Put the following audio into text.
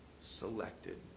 Selected